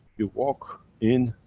you walk in,